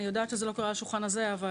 ואני יודעת שזה לא קרה בשולחן הזה אבל